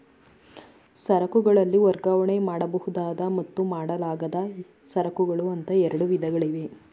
ಸರಕುಗಳಲ್ಲಿ ವರ್ಗಾವಣೆ ಮಾಡಬಹುದಾದ ಮತ್ತು ಮಾಡಲಾಗದ ಸರಕುಗಳು ಅಂತ ಎರಡು ವಿಧಗಳಿವೆ